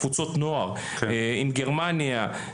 לקבוצות נוער עם גרמניה,